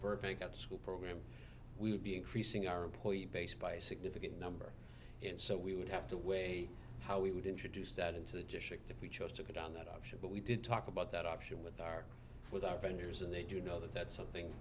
burbank at school program we would be increasing our employee base by a significant number and so we would have to weigh how we would introduce that into the dish if we chose to go down that option but we did talk about that option with our with our vendors and they do know that that's something